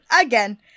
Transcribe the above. again